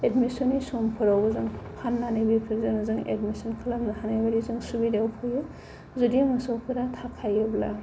एडमिसननि समफोरावबो जों फाननानै बेफोरजोंनो जों एडमिसन खालामनो हानाय बादि जों सुबिदायाव फैयो जुदि मोसौफोरा थाखायोब्ला